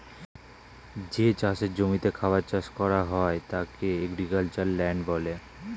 যে চাষের জমিতে খাবার চাষ করা হয় তাকে এগ্রিক্যালচারাল ল্যান্ড বলে